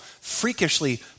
freakishly